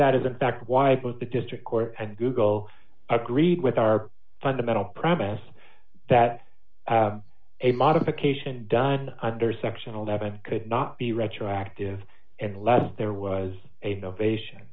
that is in fact why both the district court and google agreed with our fundamental promise that a modification done under section eleven could not be retroactive and less there was a ovation